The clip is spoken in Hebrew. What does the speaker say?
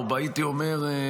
או הייתי אומר,